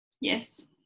Yes